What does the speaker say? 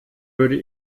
würde